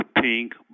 pink